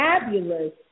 fabulous